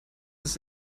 das